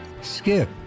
skip